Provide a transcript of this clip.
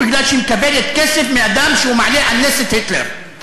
בגלל שהיא מקבלת כסף מאדם שמעלה על נס את היטלר?